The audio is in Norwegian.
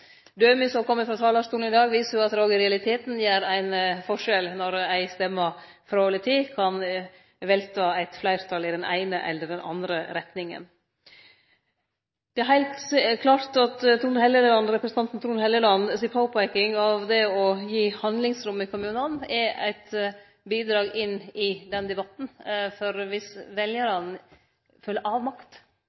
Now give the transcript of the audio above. som kom frå talarstolen i dag, viser at det òg i realiteten gjer ein forskjell, når ei stemme frå eller til kan velte eit fleirtal i den eine eller andre retninga. Det er heilt klart at påpeikinga til representanten Trond Helleland av det å gi handlingsrom i kommunane er eit bidrag inn i den debatten, for viss veljarane føler avmakt